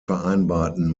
vereinbarten